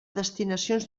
destinacions